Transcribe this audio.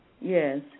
Yes